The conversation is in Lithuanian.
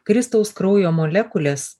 kristaus kraujo molekulės